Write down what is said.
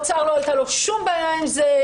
לאוצר לא הייתה שום בעיה עם זה,